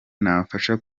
nafasha